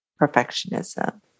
perfectionism